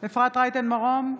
אפרת רייטן מרום,